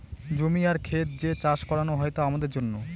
জমি আর খেত যে চাষ করানো হয় তা আমাদের জন্য